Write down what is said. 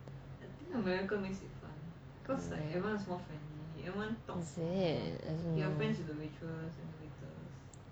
is it I don't know